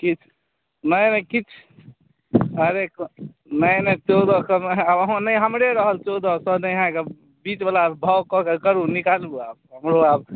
किछु नहि नहि किछु अरे कोनो नहि नहि चौदह सएमे नहि हमरे रहल चौदह सए नहि अहाँके बीचवला भाव कऽ के करू निकालू आब हमरो आब